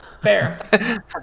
Fair